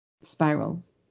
spirals